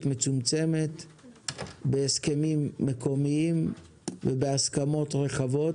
מצומצמת בהסכמים מקומיים ובהסכמות רחבות